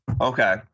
Okay